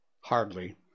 hardly